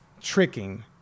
tricking